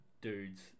dudes